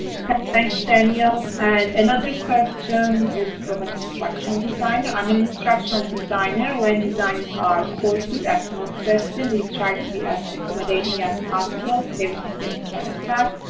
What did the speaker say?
um thanks, daniel. and another question is from an instructional designer. i'm an instructional designer. when designing our courses at northwestern, we try to be as accommodating as possible. everything gets transcribed.